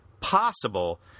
possible